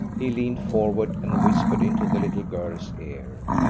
he leaned forward and whispered into the little girl's ear,